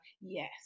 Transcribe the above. Yes